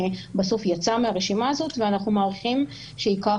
בסוף יצאה מהרשימה הזאת ואנחנו מעריכים שייקח